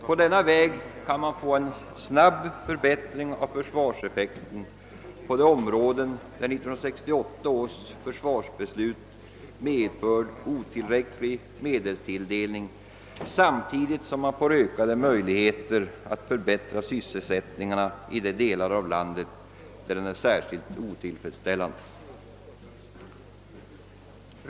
På denna väg kan man få en snabb förbättring av försvarseffekten på de områden där 1968 års försvarsbeslut medfört otillräcklig medelstilldelning samtidigt som man får ökade möjligheter att förbättra sysselsättningen i de delar av landet där denna är särskilt otillfredställande.